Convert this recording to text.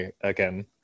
again